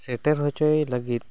ᱥᱮᱴᱮᱨ ᱦᱚᱪᱚᱭ ᱞᱟᱹᱜᱤᱫ